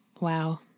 Wow